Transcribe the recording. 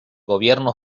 gobierno